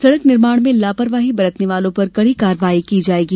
सड़क निर्माण में लापरवाही बरतने वालों पर कड़ी कार्यवाही की जायेगी